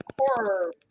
horror